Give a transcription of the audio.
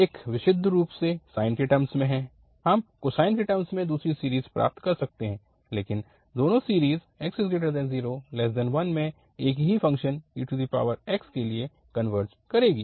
एक विशुद्ध रूप से साइन के टर्मस में है हम कोसाइन के टर्मस में दूसरी सीरीज़ प्राप्त कर सकते हैं लेकिन दोनों सीरीज़ 0x1 में एक ही फ़ंक्शन ex के लिए कनवर्ज करेंगी